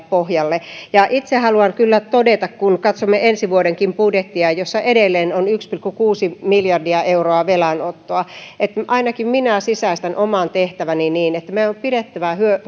pohjalle itse haluan kyllä todeta kun katsomme ensi vuodenkin budjettia jossa edelleen on yksi pilkku kuusi miljardia euroa velanottoa että ainakin minä sisäistän oman tehtäväni niin että meidän on pidettävä